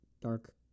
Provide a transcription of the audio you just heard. dark